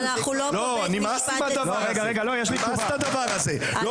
לא כל דבר זה גזענות.